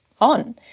on